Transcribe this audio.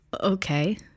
Okay